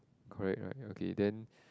correct right okay then